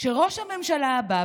שראש הממשלה הבא,